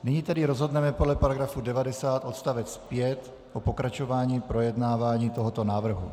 Nyní tedy rozhodneme podle § 90 odst. 5 o pokračování projednávání tohoto návrhu.